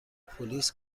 پلیس